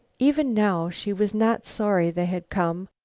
even now she was not sorry they had come,